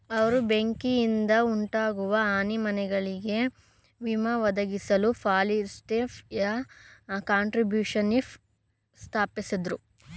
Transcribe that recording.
ಅವ್ರು ಬೆಂಕಿಯಿಂದಉಂಟಾಗುವ ಹಾನಿ ಮನೆಗಳಿಗೆ ವಿಮೆ ಒದಗಿಸಲೆಂದು ಫಿಲಡೆಲ್ಫಿಯ ಕಾಂಟ್ರಿಬ್ಯೂಶನ್ಶಿಪ್ ಸ್ಥಾಪಿಸಿದ್ರು